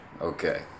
Okay